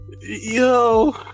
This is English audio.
Yo